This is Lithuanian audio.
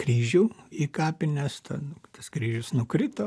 kryžių į kapines ten tas kryžius nukrito